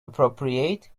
appropriate